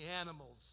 animals